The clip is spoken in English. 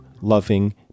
loving